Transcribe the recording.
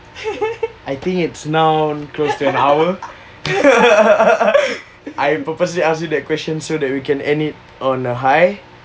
I think it's now close to an hour I purposely ask you that question so that we can end it on a high